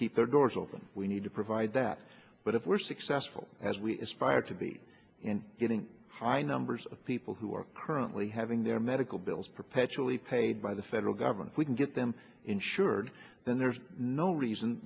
keep their doors open we need to provide that but if we're successful as we aspire to be in getting high numbers of people who are currently having their medical bills perpetually paid by the federal government we can get them insured then there's no reason